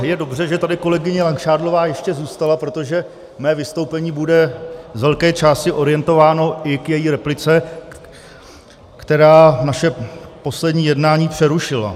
Je dobře, že tady kolegyně Langšádlová ještě zůstala, protože mé vystoupení bude z velké části orientováno i k její replice, která naše poslední jednání přerušila.